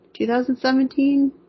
2017